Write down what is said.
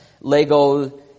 Lego